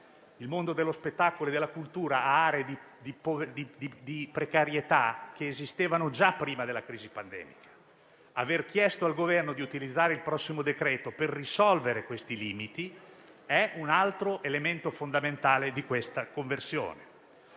Il mondo dello spettacolo e della cultura contempla aree di precarietà che esistevano già prima della crisi pandemica: aver chiesto al Governo di utilizzare il prossimo provvedimento per risolvere questi limiti è un altro elemento fondamentale della conversione